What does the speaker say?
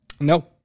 No